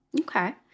Okay